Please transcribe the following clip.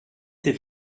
ces